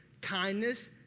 kindness